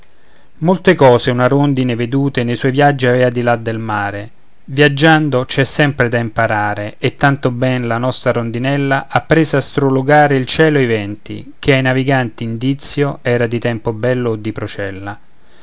molte cose una rondine vedute ne suoi viaggi avea di là del mare viaggiando c'è sempre da imparare e tanto ben la nostra rondinella apprese a strologare il cielo e i venti che ai naviganti indizio era di tempo bello o di procella